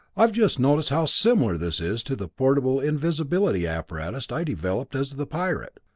i've just noticed how similar this is to the portable invisibility apparatus i developed as the pirate.